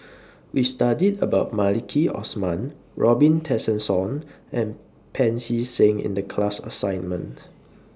We studied about Maliki Osman Robin Tessensohn and Pancy Seng in The class assignment